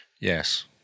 Yes